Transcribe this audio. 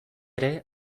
ere